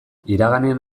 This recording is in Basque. iraganean